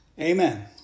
Amen